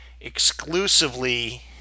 exclusively